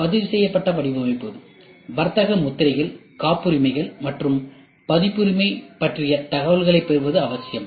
பதிவுசெய்யப்பட்ட வடிவமைப்பு வர்த்தக முத்திரைகள் காப்புரிமைகள் மற்றும் பதிப்புரிமை பற்றிய தகவல்களைப் பெறுவது அவசியம்